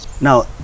Now